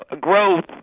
growth